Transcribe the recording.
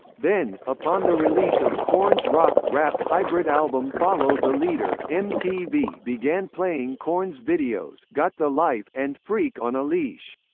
then, upon the release of korn's rock rap hybrid album follow the leader, mtv began playing korn's videos got the life and freak on a leash.